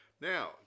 Now